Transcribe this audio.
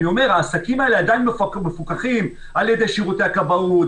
העסקים האלה עדיין מפוקחים על ידי שירותי הכבאות,